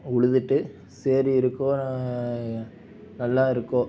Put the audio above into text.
உழுதுட்டு சேறு இருக்கோ நா நல்லாயிருக்கோ